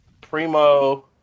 Primo